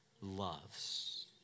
loves